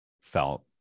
felt